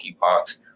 monkeypox